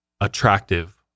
attractive